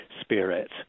Spirit